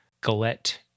galette